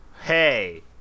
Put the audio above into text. Hey